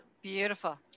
Beautiful